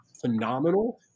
phenomenal